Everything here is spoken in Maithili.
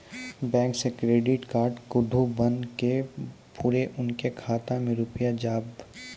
बैंक से क्रेडिट कद्दू बन के बुरे उनके खाता मे रुपिया जाएब?